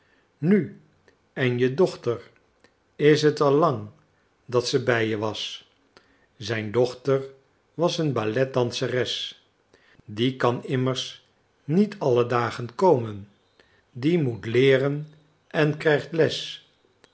nu en je dochter is het al lang dat ze bij je was zijn dochter was een balletdanseres die kan immers niet alle dagen komen die moet leeren en krijgt les